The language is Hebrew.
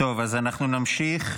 טוב, אז אנחנו נמשיך.